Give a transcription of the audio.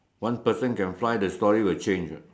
one person can fly the story will change what